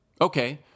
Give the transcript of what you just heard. Okay